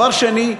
דבר שני,